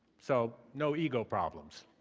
so no ego problems.